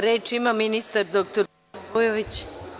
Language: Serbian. Reč ima ministar dr Vujović.